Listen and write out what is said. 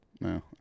No